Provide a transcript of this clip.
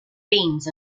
beans